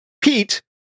Pete